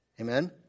Amen